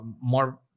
more